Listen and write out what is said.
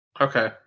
Okay